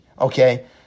Okay